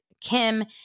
Kim